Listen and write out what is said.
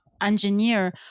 engineer